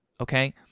okay